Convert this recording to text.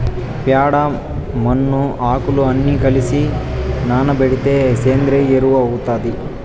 ప్యాడ, మన్ను, ఆకులు అన్ని కలసి నానబెడితే సేంద్రియ ఎరువు అవుతాది